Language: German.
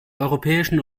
europäischen